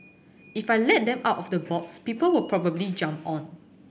if I let them out of the box people will probably jump on